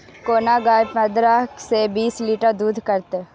कोन गाय पंद्रह से बीस लीटर दूध करते?